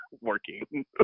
working